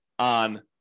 on